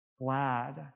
glad